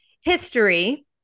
history